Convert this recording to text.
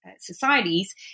societies